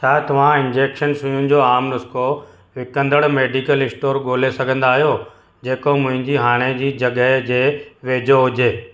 छा तव्हां इंजेक्शन सुइयूं जो आम नुस्ख़ो विकिणंदड़ मेडिकल स्टोर ॻोल्हे सघंदा आहियो जेको मुंहिंजी हाणे जी जॻह जे वेझो हुजे